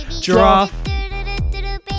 Giraffe